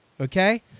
okay